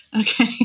Okay